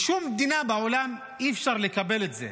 בשום מדינה בעולם אי-אפשר לקבל את זה.